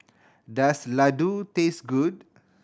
does Ladoo taste good